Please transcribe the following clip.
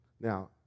Now